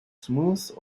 smooth